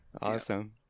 Awesome